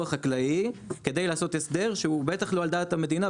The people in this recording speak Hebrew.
החקלאי כדי לעשות הסדר שהוא בטח לא על דעת המדינה.